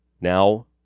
Now